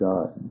God